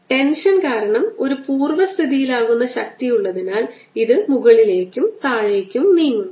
tension കാരണം ഒരു പൂർവസ്ഥിതിയിൽ ആകുന്ന ശക്തി ഉള്ളതിനാൽ ഇത് മുകളിലേക്കും താഴേക്കും നീങ്ങുന്നു